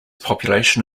population